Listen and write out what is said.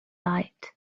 light